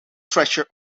treasure